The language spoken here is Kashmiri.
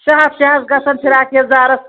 شےٚ ہتھ شےٚ ہتھ گژھان فِراق یزارس